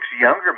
younger